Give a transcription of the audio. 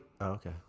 Okay